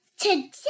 Today